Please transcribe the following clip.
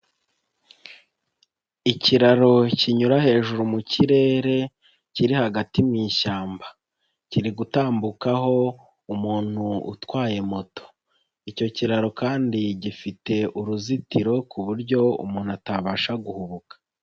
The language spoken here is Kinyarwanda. Ikiraro kinyura hejuru mu kirere, kiri hagati mu ishyamba. Kiri gutambukaho umuntu utwaye moto. Icyo kiraro kandi gifite uruzitiro ku buryo umuntu atabasha guhubuka.